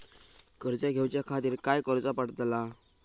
कर्ज घेऊच्या खातीर काय करुचा पडतला?